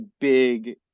big